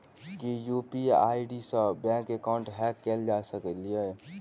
की UPI ID सऽ bank account hack कैल जा सकलिये?